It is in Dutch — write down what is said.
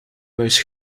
muis